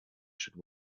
should